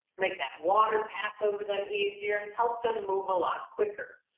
make that water pass over them easier and help them move a lot quicker.